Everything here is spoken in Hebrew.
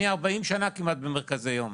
אני 40 שנה כמעט במרכזי יום,